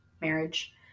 marriage